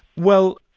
well,